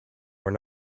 were